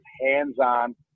hands-on